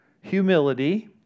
humility